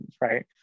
right